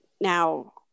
now